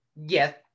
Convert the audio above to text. yes